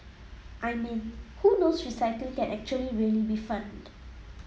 I mean who knows recycling can actually really be fun